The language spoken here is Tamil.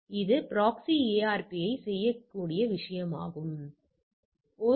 எனவே பெறப்பட்ட அதிர்வெண் என்ற ஒன்று உள்ளது